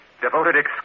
devoted